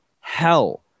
hell